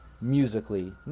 musically